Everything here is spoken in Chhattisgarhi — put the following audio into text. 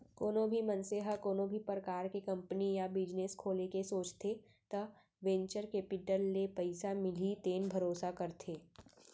कोनो भी मनसे ह कोनो भी परकार के कंपनी या बिजनेस खोले के सोचथे त वेंचर केपिटल ले पइसा मिलही तेन भरोसा करथे